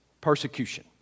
persecution